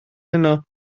heno